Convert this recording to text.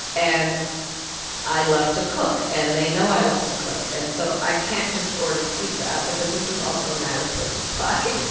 and i love to cook and they know i love to cook. and so i can't just order pizza out because this is also a matter of personal pride